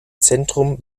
zentrum